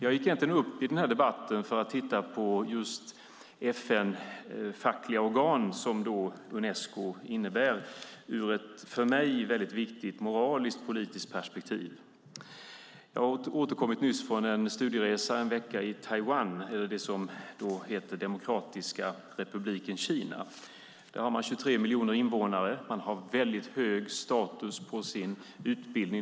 Jag gick egentligen upp i debatten för att titta på just FN-fackliga organ, som Unesco är, ur ett för mig väldigt viktigt moraliskt politiskt perspektiv. Jag har nyss återkommit från en veckas studieresa i Taiwan, det som heter Republiken Kina. Där har man 23 miljoner invånare. Man har väldigt hög status på sin utbildning.